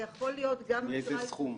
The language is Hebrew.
מאיזה סכום?